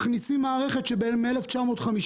מכניסים מערכת שקיימת מ-1950,